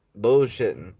bullshitting